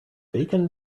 bacon